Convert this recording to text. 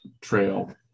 trail